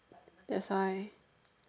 that's why